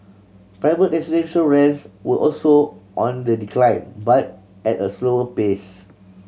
private residential rents were also on the decline but at a slower pace